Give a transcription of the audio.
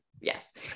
Yes